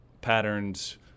patterns